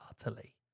utterly